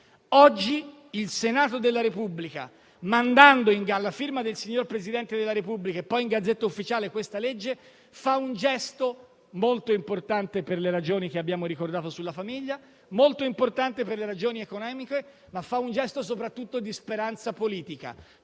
Oggi il Senato della Repubblica, mandando alla firma del Presidente della Repubblica e poi in *Gazzetta Ufficiale* questa legge, fa un gesto molto importante per le ragioni che abbiamo ricordato sulla famiglia, molto importante per le ragioni economiche, ma compie soprattutto un gesto di speranza politica,